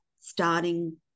starting